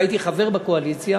והייתי חבר בקואליציה,